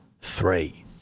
Three